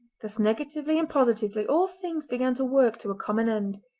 thus negatively and positively all things began to work to a common end.